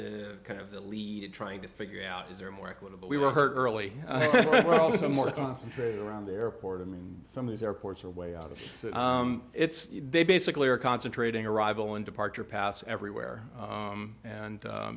the kind of the lead trying to figure out is there more equitable we were heard early on more concentrated around the airport i mean some of these airports are way out of it's they basically are concentrating arrival and departure pass everywhere and